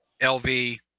LV